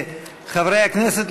חברי הכנסת,